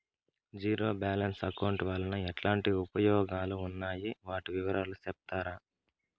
Zero balance account వలన ఎట్లాంటి ఉపయోగాలు ఉన్నాయి? వాటి వివరాలు సెప్తారా?